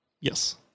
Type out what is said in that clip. Yes